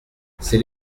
c’est